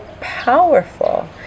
powerful